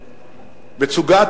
מצוקת